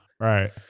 Right